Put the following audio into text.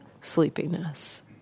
sleepiness